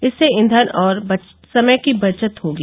इससे ईंधन और समय की बचत भी होगी